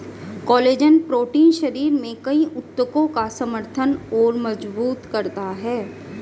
collagen protein शरीर में कई ऊतकों का समर्थन और मजबूत करता है